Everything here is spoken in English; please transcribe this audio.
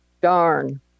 Darn